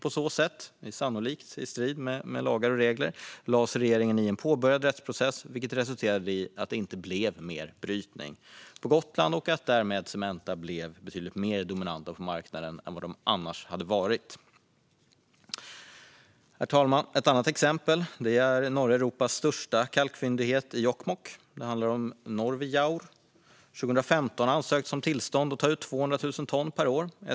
På så sätt, sannolikt i strid med lagar och regler, lade sig regeringen i en påbörjad rättsprocess, vilket resulterade i att det inte blev mer brytning på Gotland och att Cementa därmed blev betydligt mer dominanta på marknaden än vad de annars skulle ha varit. Ett annat exempel är norra Europas största kalkfyndighet i Jokkmokk, Norvijaur. År 2015 ansöktes om tillstånd att ta ut 200 000 ton per år.